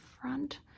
front